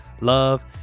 love